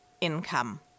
income